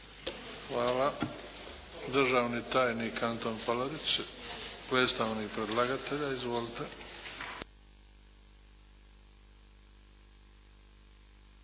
Hvala. Državni tajnik Antun Palarić predstavnik predlagatelja. Izvolite.